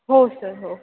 हो सर हो